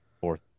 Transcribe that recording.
fourth